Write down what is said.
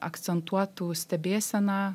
akcentuotų stebėseną